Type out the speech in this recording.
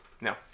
no